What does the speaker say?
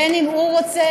בין שהוא רוצה,